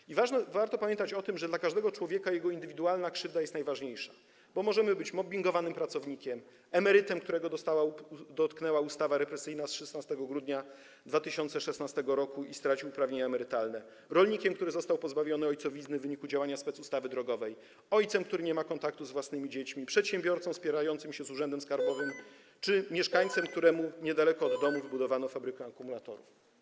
I warto pamiętać o tym, że dla każdego człowieka jego indywidualna krzywda jest najważniejsza, bo możemy być mobbingowanym pracownikiem, emerytem, którego dotknęła ustawa represyjna z 16 grudnia 2016 r. i stracił uprawnienia emerytalne, rolnikiem, który został pozbawiony ojcowizny w wyniku działania specustawy drogowej, ojcem, który nie ma kontaktu z własnymi dziećmi, przedsiębiorcą spierającym się z urzędem skarbowym czy mieszkańcem, któremu niedaleko domu wybudowano fabrykę akumulatorów.